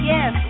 Yes